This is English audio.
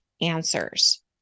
answers